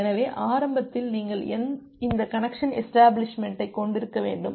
எனவே ஆரம்பத்தில் நீங்கள் இந்த கனெக்சன் எஷ்டபிளிஷ்மெண்ட்டை கொண்டிருக்க வேண்டும்